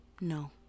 No